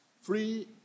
free